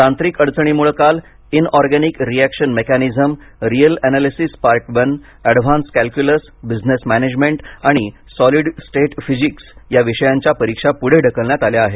तांत्रिक अडचणीमुळे काल inorganic reaction mechanism real analysis part one advance calculus business management आणि सॉलिड स्टेट फिजिक्स या विषयांच्या परीक्षा पुढे ढकलण्यात आल्या आहेत